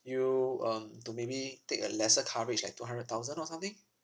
you um to maybe take a lesser coverage like two hundred thousand or something